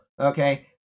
okay